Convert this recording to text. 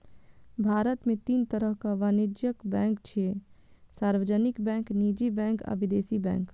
भारत मे तीन तरहक वाणिज्यिक बैंक छै, सार्वजनिक बैंक, निजी बैंक आ विदेशी बैंक